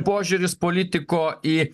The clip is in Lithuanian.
požiūris politiko į